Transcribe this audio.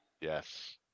Yes